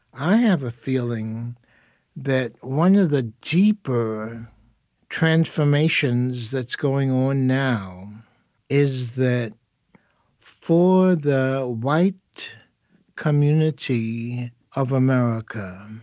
i have a feeling that one of the deeper transformations that's going on now is that for the white community of america,